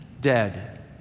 dead